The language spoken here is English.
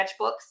sketchbooks